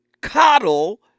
coddle